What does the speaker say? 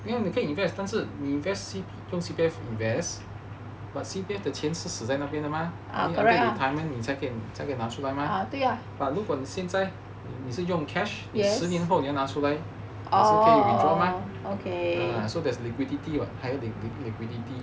没有你可以 invest 但是你 invest 用 C_P_F invest but C_P_F 的钱是死在那边的 mah 所以你 retirement 才可以拿出来 mah but 如果你现在你是用 cash 十年后你要拿出来也是可以 withdraw mah ah so there's liquidity [what] higher liquidity